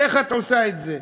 איך את עושה את זה?